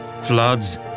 floods